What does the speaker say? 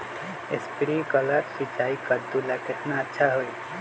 Sprinkler सिंचाई कददु ला केतना अच्छा होई?